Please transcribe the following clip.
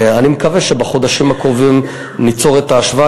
אני מקווה שבחודשים הקרובים ניצור את ההשוואה.